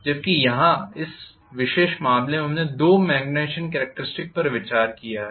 जबकि यहाँ इस विशेष मामले में हमने दो मॅग्नीटिज़ेशन कॅरेक्टरिस्टिक्स पर विचार किया है